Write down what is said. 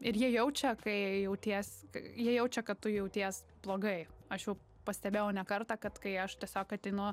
ir jie jaučia kai jauties jie jaučia kad tu jauties blogai aš jau pastebėjau ne kartą kad kai aš tiesiog ateinu